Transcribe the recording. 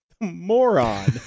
moron